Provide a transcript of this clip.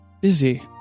busy